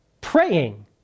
praying